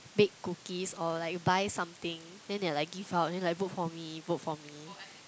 bake cookies or like buy something then they are like give out then like vote for me vote for me